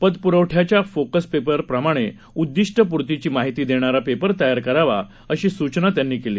पतपुरवठ्याच्या focus paper प्रमाणे उद्दिष्टपूर्तीची माहिती देणारा पेपर तयार करावा अशी सूचना त्यांनी केली